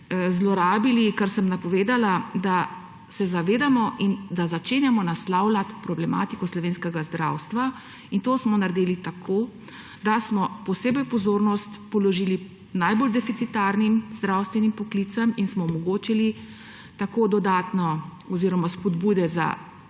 zlorabili, ker sem napovedala, da se zavedamo in da začenjamo naslavljati problematiko slovenskega zdravstva. In to smo naredili tako, da smo posebno pozornost namenili najbolj deficitarnim zdravstvenim poklicem in smo omogočili spodbude za